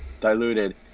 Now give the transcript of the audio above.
Diluted